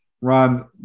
Ron